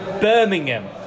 Birmingham